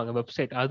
website